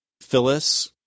Phyllis